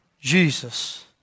Jesus